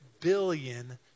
billion